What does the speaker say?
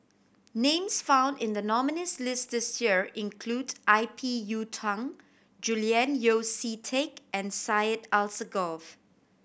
names found in the nominees' list this year include I P Yiu Tung Julian Yeo See Teck and Syed Alsagoff